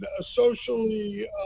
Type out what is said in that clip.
socially